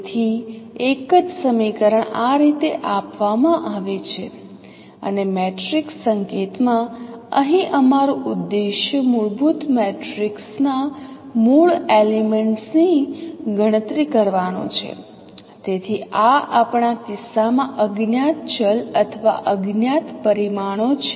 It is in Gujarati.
તેથી એક જ સમીકરણ આ રીતે આપવામાં આવે છે અને મેટ્રિક્સ સંકેતમાં અહીં અમારું ઉદ્દેશ મૂળભૂત મેટ્રિક્સના મૂળ એલિમેન્ટ્સ ની ગણતરી કરવાનો છે તેથી આ આપણા કિસ્સામાં અજ્ઞાત ચલ અથવા અજ્ઞાત પરિમાણો છે